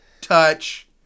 touch